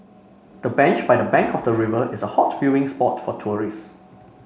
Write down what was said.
the bench by the bank of the river is a hot viewing spot for tourists